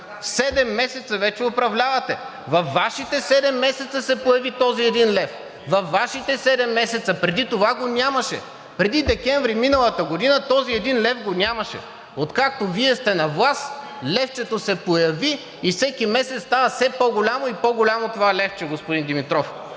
месеца вече управлявате! Във Вашите седем месеца се появи този 1 лв.! Във Вашите седем месеца. Преди това го нямаше. Преди декември миналата година този 1 лв. го нямаше. Откакто Вие сте на власт, левчето се появи и всеки месец става все по-голямо и по-голямо това левче, господин Димитров.